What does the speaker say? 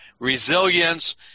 resilience